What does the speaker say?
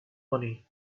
money